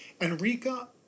Enrica